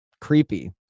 creepy